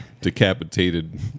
decapitated